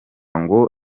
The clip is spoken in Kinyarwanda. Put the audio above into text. ngo